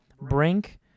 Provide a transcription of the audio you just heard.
Brink